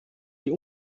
die